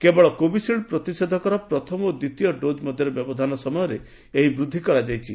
କେବଳ କୋଭିସିଲ୍ଡ ପ୍ରତିଷେଧକର ପ୍ରଥମ ଓ ଦ୍ୱିତୀୟ ଡୋଜ ମଧ୍ୟରେ ବ୍ୟବଧାନ ସମୟରେ ଏହି ବୃଦ୍ଧି କରାଯାଇଛି